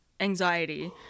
anxiety